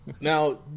Now